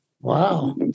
wow